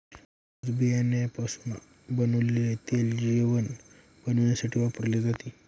कापूस बियाण्यापासून बनवलेले तेल जेवण बनविण्यासाठी वापरले जाते